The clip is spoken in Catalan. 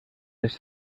les